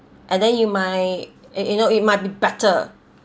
and then you might eh you know it might be better